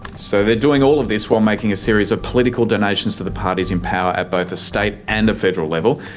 so they're doing all of this while making a series of political donations to the parties in power at both a state and a federal level.